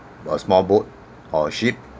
a small boat or a ship